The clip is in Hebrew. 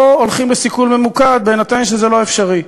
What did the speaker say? או הולכים לסיכול ממוקד, בהינתן שזה לא אפשרי.